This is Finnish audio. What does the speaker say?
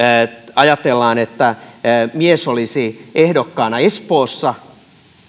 ajatellaan että mies olisi ehdokkaana espoossa